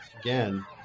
Again